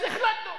אז החלטנו.